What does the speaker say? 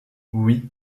oui